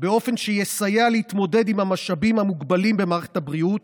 באופן שיסייע להתמודד עם המשאבים המוגבלים במערכת הבריאות,